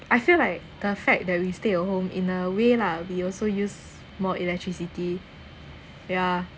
I feel like the fact that we stay at home in a way lah we also use more electricity yeah